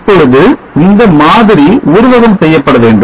இப்பொழுது இந்த மாதிரி உருவகம் செய்யப்பட வேண்டும்